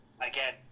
again